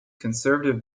conservative